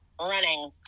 running –